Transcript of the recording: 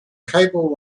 cable